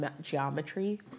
geometry